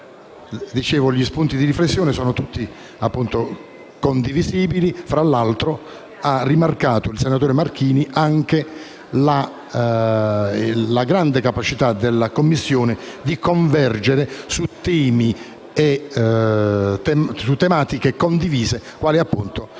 gli spunti di riflessione, siano tutti condivisibili. Tra l'altro, il senatore Martini ha rimarcato la grande capacità della Commissione di convergere su tematiche condivise, quale, appunto,